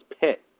pit